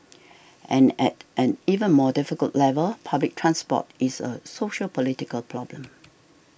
and at an even more difficult level public transport is a sociopolitical problem